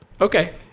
okay